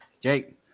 Jake